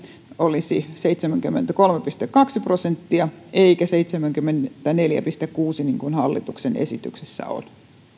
olisi seitsemänkymmentäkolme pilkku kaksi prosenttia eikä seitsemänkymmentäneljä pilkku kuusi niin kuin hallituksen esityksessä on